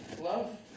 Love